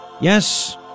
Yes